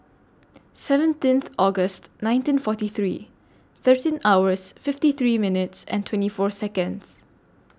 seventeenth August nineteen forty three thirteen hours fifty three minutes and twenty four Seconds